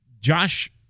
Josh